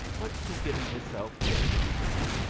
what's he giving hisself airs about?